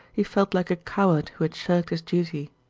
he felt like a coward who had shirked his duty.